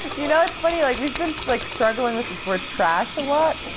you know, it's funny. like we've been so like struggling with this word trash a lot.